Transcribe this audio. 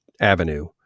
avenue